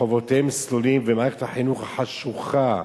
רחובותיהם סלולים, ומערכת החינוך החשוכה,